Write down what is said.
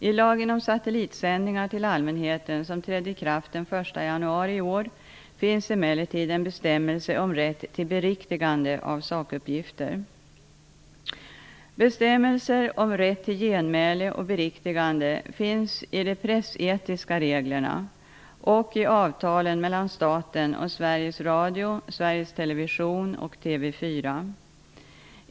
I lagen om satellitsändningar till allmänheten, som trädde i kraft den 1 januari i år, finns emellertid en bestämmelse om rätt till beriktigande av sakuppgifter. Bestämmelser om rätt till genmäle och beriktigande finns i de pressetiska reglerna och i avtalen mellan staten och Sveriges Radio, Sveriges Television och TV 4.